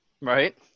Right